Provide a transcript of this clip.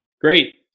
Great